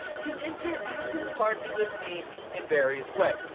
to interact and party with me in various ways.